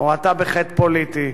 הורתה בחטא פוליטי.